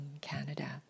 Canada